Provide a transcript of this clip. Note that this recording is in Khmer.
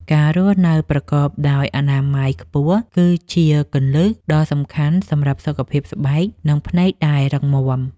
ការរស់នៅប្រកបដោយអនាម័យខ្ពស់គឺជាគន្លឹះដ៏សំខាន់សម្រាប់សុខភាពស្បែក និងភ្នែកដែលរឹងមាំ។